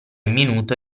minuto